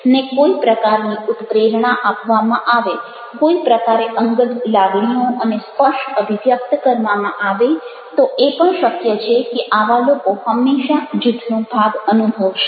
ને કોઈ પ્રકારની ઉત્પ્રેરણા આપવામાં આવે કોઈ પ્રકારે અંગત લાગણીઓ અને સ્પર્શ અભિવ્યક્ત કરવામાં આવે તો એ પણ શક્ય છે કે આવા લોકો હંમેશા જૂથનો ભાગ અનુભવશે